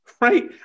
right